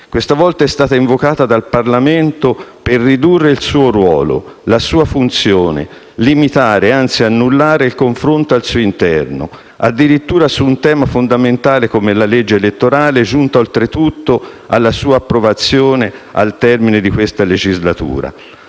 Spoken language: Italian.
questa volta è stata invocata dal Parlamento per ridurre il suo ruolo, la sua funzione; limitare, anzi annullare il confronto al suo interno, addirittura su un tema fondamentale come la legge elettorale, giunta oltretutto alla sua approvazione al termine della legislatura.